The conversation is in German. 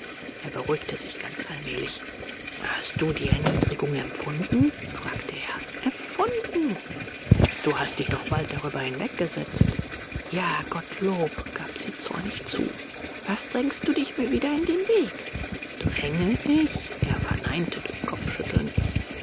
er beruhigte sich ganz allmählich hast du die erniedrigung empfunden fragte er empfunden du hast dich doch bald darüber hinweggesetzt ja gottlob gab sie zornig zu was drängst du dich mir wieder in den weg dränge ich er verneinte durch kopfschütteln